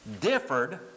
differed